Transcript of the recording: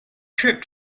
trip